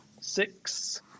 six